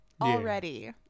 already